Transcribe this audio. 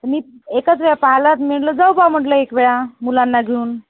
मी एकच वेळा पाहिलं म्हटलं जाऊ बा म्हटलं एक वेळा मुलांना घेऊन